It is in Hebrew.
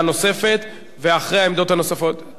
ואחרי העמדות הנוספות, טוב, זה באמת,